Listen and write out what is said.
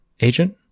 agent